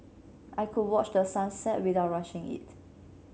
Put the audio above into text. I could watch the sun set without rushing it